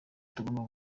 tugomba